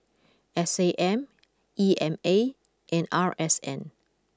S A M E M A and R S N